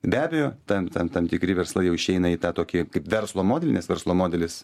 be abejo tam tam tam tikri verslai jau išeina į tą tokį kaip verslo modelį nes verslo modelis